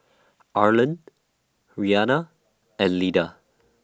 Arland Rhianna and Lyda